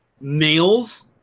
males